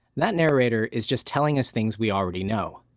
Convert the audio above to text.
that narrator is just telling us things we already know,